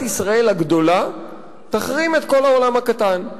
ישראל הגדולה תחרים את כל העולם הקטן.